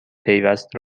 پیوست